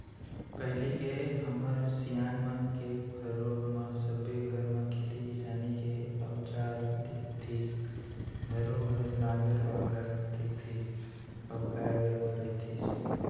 पहिली के हमर सियान मन के पहरो म सबे घर म खेती किसानी के अउजार दिखतीस घरों घर नांगर बाखर दिखतीस अउ गाय गरूवा रहितिस